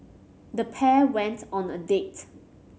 the pair went on a date